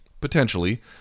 potentially